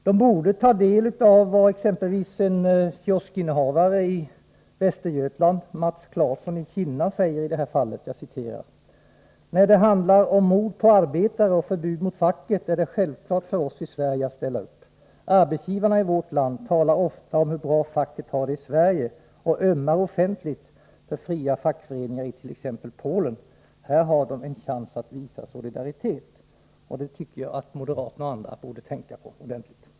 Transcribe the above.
De borde ta del av vad exempelvis en kioskinnehavare i Västergötland, Mats Claesson i Kinna, säger: ”— När det handlar om mord på arbetare och förbud mot facket, är det självklart för oss i Sverige att ställa upp. — Arbetsgivarna i vårt land talar ofta om hur bra facket har det i Sverige och ”ömmar offentligt” för fria fackföreningar i tex Polen. Här har de chans att visa solidaritet.” Jag tycker att moderaterna och andra borde tänka på detta ordentligt.